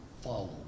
follow